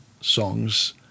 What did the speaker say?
songs